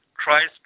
Christ